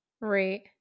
Right